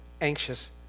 anxious